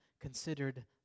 considered